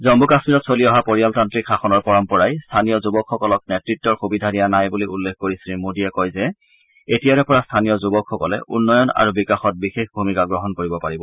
জম্মু কাশ্মীৰত চলি অহা পৰিয়ালতান্ত্ৰিক শাসনৰ পৰম্পৰাই স্থানীয় যুৱকসকলক নেতৃত্বৰ সুবিধা দিয়া নাই বুলি উল্লেখ কৰি শ্ৰী মোদীয়ে কয় যে এতিয়াৰে পৰা স্থানীয় যুৱকসকলে উন্নয়ন আৰু বিকাশত বিশেষ ভূমিকা গ্ৰহণ কৰিব পাৰিব